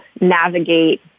navigate